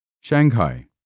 Shanghai